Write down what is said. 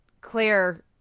Claire